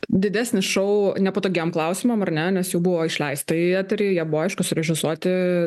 didesnis šou nepatogiem klausimam ar ne nes jau buvo išleista į eterį jie buvo aišku surežisuoti